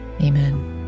Amen